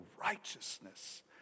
righteousness